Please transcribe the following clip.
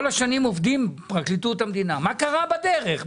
כל השנים עובדים בפרקליטות המדינה ואני שואל מה קרה בדרך,